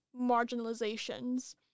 marginalizations